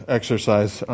exercise